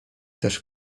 też